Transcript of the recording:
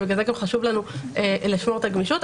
ובגלל זה גם חשוב לנו לשמור את הגמישות,